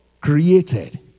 created